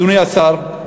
אדוני השר,